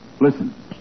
listen